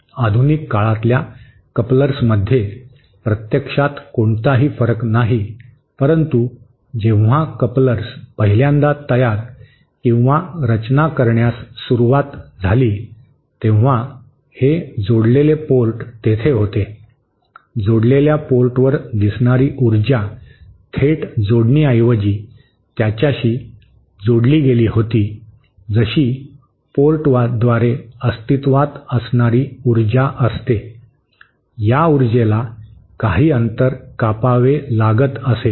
आधुनिक काळातल्या कपलर्समध्ये प्रत्यक्षात कोणताही फरक नाही परंतु जेव्हा कपलर्स पहिल्यांदा तयार किंवा रचना करण्यास सुरवात झाली तेव्हा हे जोडलेले पोर्ट तेथे होते जोडलेल्या पोर्टवर दिसणारी उर्जा थेट जोडणीऐवजी त्याच्याशी जोडली गेली होती जशी पोर्टद्वारे अस्तित्त्वात असणारी उर्जा असते या ऊर्जेला काही अंतर कापावे लागत असे